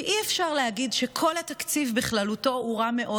כי אי-אפשר להגיד שכל התקציב בכללותו הוא רע מאוד.